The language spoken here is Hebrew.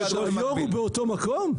שהיו"ר באותו מקום?